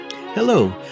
Hello